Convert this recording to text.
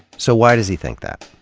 so why does he think that?